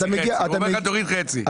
הוא אומר לך תוריד חצי.